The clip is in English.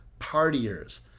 partiers